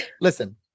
Listen